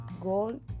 gold